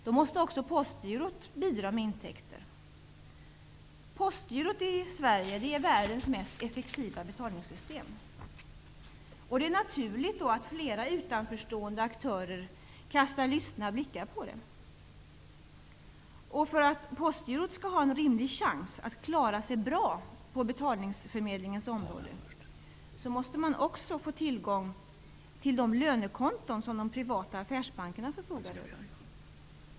Då måste också Postgirot bidra med intäkter. Postgirot i Sverige är världens mest effektiva betalningssystem, och det är naturligt att flera utanförstående aktörer kastar lystna blickar på det. För att Postgirot skall ha en rimlig chans att klara sig bra på betalningsförmedlingens område måste det också få tillgång till de lönekonton som de privata affärsbankerna förfogar över.